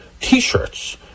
T-shirts